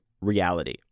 reality